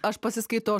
aš pasiskaitau